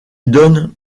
donne